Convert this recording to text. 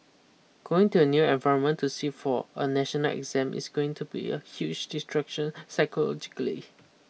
going to a new environment to sit for a national exam is going to be a huge distraction psychologically